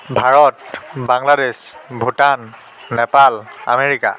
Bharat Bangladesh Bhutan Nepal America